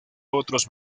otros